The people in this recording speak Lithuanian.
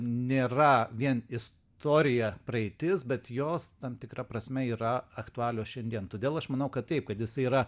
nėra vien istorija praeitis bet jos tam tikra prasme yra aktualios šiandien todėl aš manau kad taip kad jisai yra